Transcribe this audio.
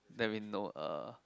that we know uh